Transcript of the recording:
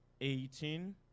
Eighteen